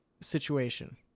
situation